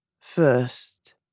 first